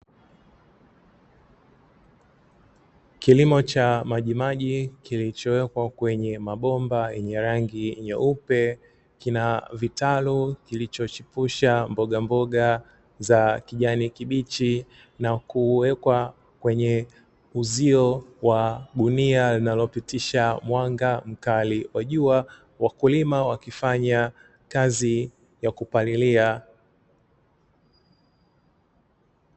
Kilimo cha majimaji kilichowekwa kwenye mabomba yenye rangi nyeupe kina vitalu kilichochipusha mboga mboga za kijani kibichi na kuwekwa kwenye uzio wa gunia linalopitisha mwanga mkali wa jua wakulima wakifanya kazi ya kupalilia.